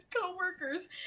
co-workers